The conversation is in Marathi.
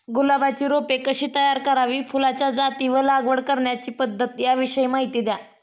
गुलाबाची रोपे कशी तयार करावी? फुलाच्या जाती व लागवड करण्याची पद्धत याविषयी माहिती द्या